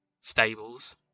stables